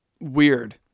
weird